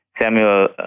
Samuel